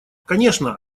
конечно